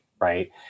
right